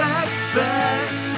expect